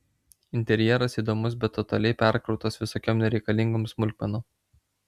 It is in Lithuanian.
interjeras įdomus bet totaliai perkrautas visokiom nereikalingom smulkmenom